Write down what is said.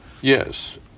Yes